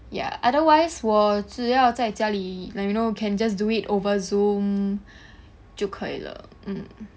ya otherwise 我只要在家里 like you know can just do it over Zoom 就可以了 mm